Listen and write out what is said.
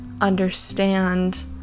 understand